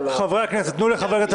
לכנסת.